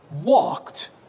walked